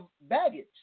baggage